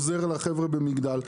עוזר לחבר'ה במגדל,